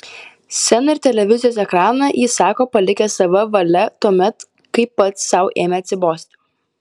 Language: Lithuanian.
sceną ir televizijos ekraną jis sako palikęs sava valia tuomet kai pats sau ėmė atsibosti